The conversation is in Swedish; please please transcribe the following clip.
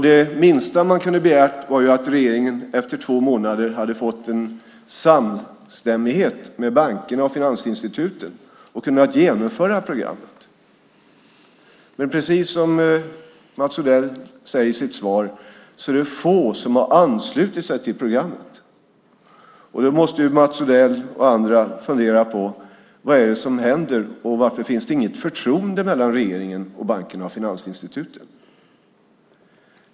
Det minsta man kunde ha begärt var ju att regeringen efter två månader skulle ha fått en samstämmighet med bankerna och finansinstituten och kunnat genomföra programmet. Men precis som Mats Odell säger i sitt svar är det få som har anslutit sig till programmet. Då måste ju Mats Odell och andra fundera på vad det är som händer och varför det inte finns något förtroende mellan regeringen och bankerna och finansinstituten.